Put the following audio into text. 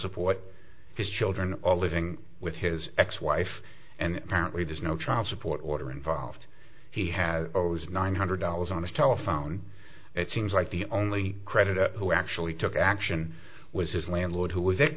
support his children all living with his ex wife and apparently there's no child support order involved he has always nine hundred dollars on the telephone it seems like the only creditor who actually took action was his landlord who was